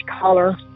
color